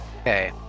Okay